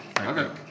Okay